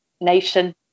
nation